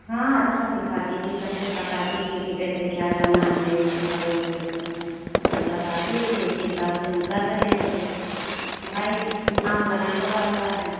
हाँ अच्छा सीखाती थी सब कुछ बताती थी कि कैसे क्या करना है ऐसे करो वैसे करो सब बताती थी उसी हिसाब से हम कर रहे थे भाई दिमाग लगाना पड़ता है